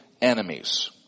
enemies